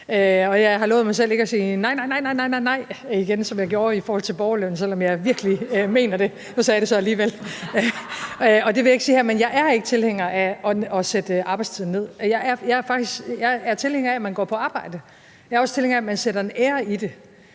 har lovet mig selv ikke igen at sige nej, nej, nej, som jeg gjorde i forhold til borgerløn, selv om jeg virkelig mener det. Nu sagde jeg det så alligevel. Men jeg er ikke tilhænger af at sætte arbejdstiden ned. Jeg er tilhænger af, at man går på arbejde. Og jeg er også tilhænger af, at man sætter en ære i det,